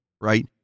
right